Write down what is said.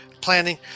planning